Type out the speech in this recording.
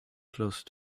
close